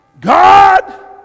God